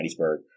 Hattiesburg